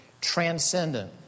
Transcendent